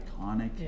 iconic